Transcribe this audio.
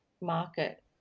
market